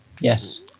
yes